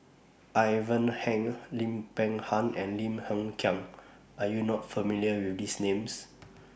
Ivan Heng Lim Peng Han and Lim Hng Kiang Are YOU not familiar with These Names